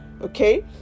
okay